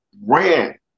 ran